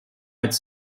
als